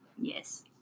Yes